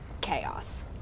chaos